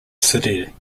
city